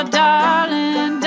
darling